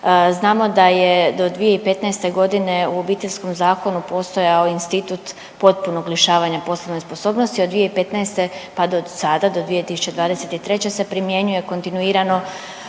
Znamo da je do 2015. g. u obiteljskom zakonu postojao institut potpunog lišavanja poslovne sposobnosti, od 2015. pa do sada, do 2023. se primjenjuje kontinuirano